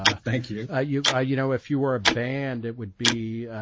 um thank you ah you ah you know if you were a band it would be